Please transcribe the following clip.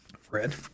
Fred